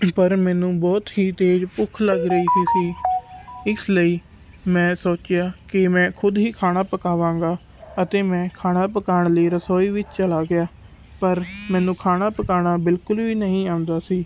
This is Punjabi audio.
ਪਰ ਮੈਨੂੰ ਬਹੁਤ ਹੀ ਤੇਜ਼ ਭੁੱਖ ਲੱਗ ਰਹੀ ਸੀ ਇਸ ਲਈ ਮੈਂ ਸੋਚਿਆ ਕਿ ਮੈਂ ਖੁਦ ਹੀ ਖਾਣਾ ਪਕਾਵਾਂਗਾ ਅਤੇ ਮੈਂ ਖਾਣਾ ਪਕਾਉਣ ਲਈ ਰਸੋਈ ਵਿੱਚ ਚਲਾ ਗਿਆ ਪਰ ਮੈਨੂੰ ਖਾਣਾ ਪਕਾਉਣਾ ਬਿਲਕੁਲ ਵੀ ਨਹੀਂ ਆਉਂਦਾ ਸੀ